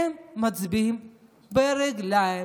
מצביעים ברגליים.